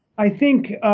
i think